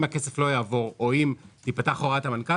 אם הכסף לא יעבור או אם תיפתח הוראת המנכ"ל,